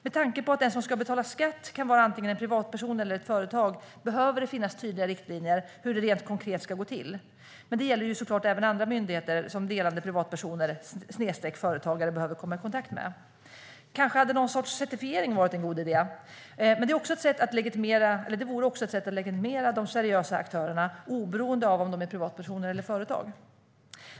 Med tanke på att den som ska betala skatt kan vara antingen en privatperson eller ett företag behöver det finnas tydliga riktlinjer för hur det rent konkret ska gå till. Det gäller såklart även andra myndigheter som delande privatpersoner eller företagare behöver komma i kontakt med. Kanske hade någon sorts certifiering varit en god idé? Det vore också ett sätt att legitimera de seriösa aktörerna, oberoende av om de är privatpersoner eller företag.